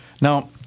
Now